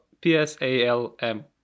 P-S-A-L-M